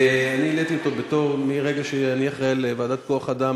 אני העליתי אותו כאחראי לוועדת כוח-אדם